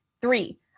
Three